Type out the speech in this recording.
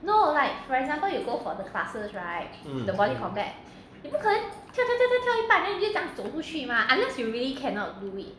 mm